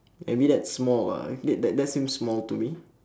I mean that small uh that that seems small to me